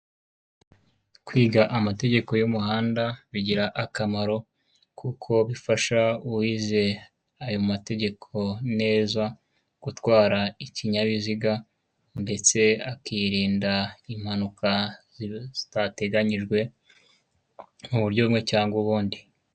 Kwiga amategeko y'umuhanda. Bigira akamaro kuko bifasha uwize ayo mategeko neza. Gutwara ikinyabiziga ndetse akirinda impanuka zitateganijwe mu buryo bumwe cyangwa ubundi.